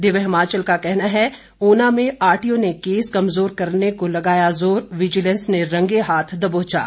दिव्य हिमाचल का कहना है उना में आरटीओ ने केस कमजोर करने को लगाया जोर विजीलेंस ने रंगे हाथ दबोचा